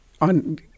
on